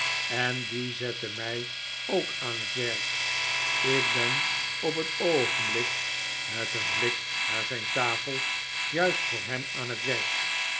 en die zette mij ook aan het werk ik ben op het oogenblik met een blik naar zijn tafel juist voor hem aan het werk